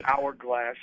hourglass